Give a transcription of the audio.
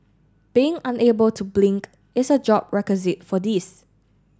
being unable to blink is a job requisite for this